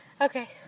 Okay